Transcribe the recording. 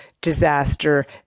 disaster